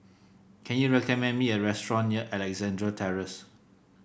can you recommend me a restaurant near Alexandra Terrace